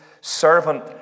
servant